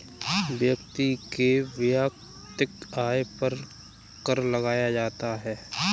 व्यक्ति के वैयक्तिक आय पर कर लगाया जाता है